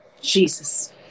Jesus